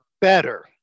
better